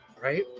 right